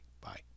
Bye